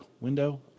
window